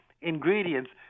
ingredients